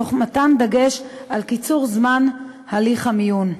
תוך מתן דגש על קיצור זמן הליך המיון.